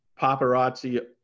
paparazzi